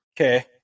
Okay